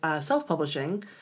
self-publishing